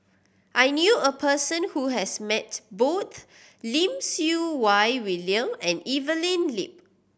I knew a person who has met both Lim Siew Wai William and Evelyn Lip